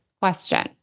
question